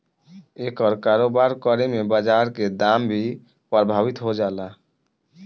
एकर कारोबार करे में बाजार के दाम भी प्रभावित हो जाला